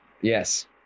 Yes